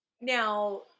now